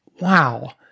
Wow